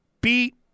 beat